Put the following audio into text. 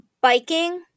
Biking